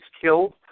killed